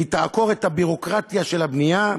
והיא תעקור את הביורוקרטיה של הבנייה.